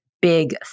big